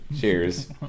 Cheers